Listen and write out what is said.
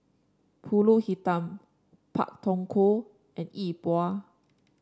pulut hitam Pak Thong Ko and Yi Bua